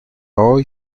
hoy